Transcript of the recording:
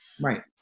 Right